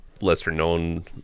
lesser-known